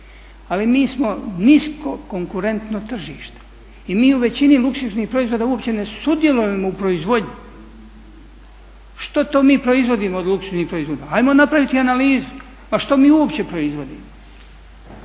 Ali mi smo nisko konkurentno tržište i mi u većini luksuznih proizvoda uopće ne sudjelujemo u proizvodnji. Što to mi proizvodimo od luksuznih proizvoda? Ajmo napraviti analizu, ma što mi uopće proizvodimo.